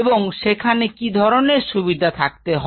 এবং সেখানে কি ধরনের সুবিধা থাকতে হবে